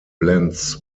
blends